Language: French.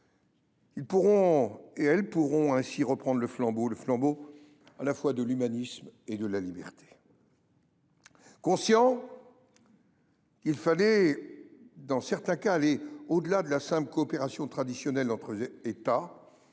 qui l’a animé. Vous pourrez ainsi reprendre le flambeau, le flambeau de l’humanisme et de la liberté. Conscient qu’il fallait dans certains cas aller au delà de la simple coopération traditionnelle entre États,